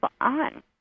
on